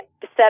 set